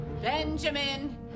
Benjamin